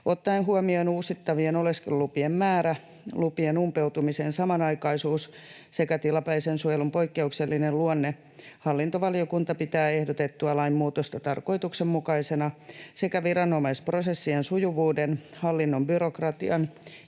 Ottaen huomioon uusittavien oleskelulupien määrän, lupien umpeutumisen samanaikaisuuden sekä tilapäisen suojelun poikkeuksellisen luonteen hallintovaliokunta pitää ehdotettua lainmuutosta tarkoituksenmukaisena sekä viranomaisprosessien sujuvuuden, hallinnon byrokratian